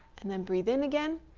and then breathe in again.